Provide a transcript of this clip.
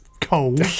cold